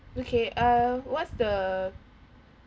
okay err what's the